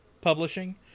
Publishing